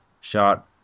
shot